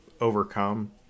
overcome